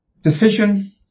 Decision